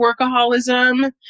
workaholism